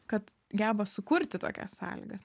kad geba sukurti tokias sąlygas